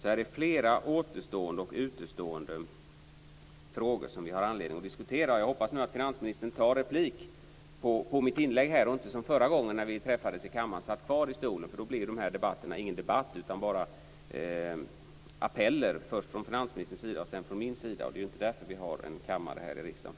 Det finns flera återstående frågor som vi har anledning att diskutera. Jag hoppas att finansministern tar replik på mitt inlägg och inte sitter kvar i stolen, som han gjorde förra gången när vi träffades i kammaren. Då blir interpellationsdebatterna bara appeller, först från finansministern och sedan från mig. Det är inte därför vi har en kammare här i riksdagen.